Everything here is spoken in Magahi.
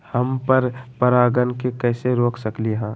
हम पर परागण के कैसे रोक सकली ह?